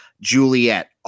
Juliet